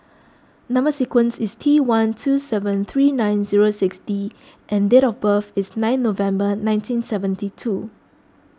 Number Sequence is T one two seven three nine zero six D and date of birth is nine November nineteen seventy two